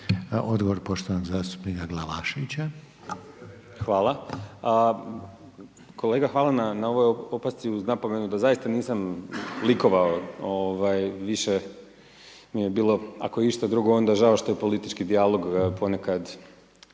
**Glavašević, Bojan (Nezavisni)** Hvala. Kolega hvala na ovoj opasci uz napomenu da zaista nisam likovao ovaj više mi je bilo, ako išta drugo, onda žao što je politički dijalog ponekad